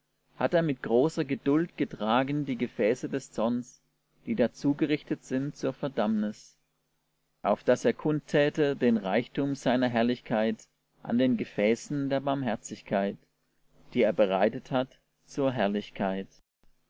hat er mit großer geduld getragen die gefäße des zorns die da zugerichtet sind zur verdammnis auf daß er kundtäte den reichtum seiner herrlichkeit an den gefäßen der barmherzigkeit die er bereitet hat zur herrlichkeit